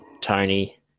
Tony